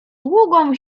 długą